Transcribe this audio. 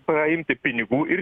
paimti pinigų ir